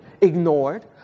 ignored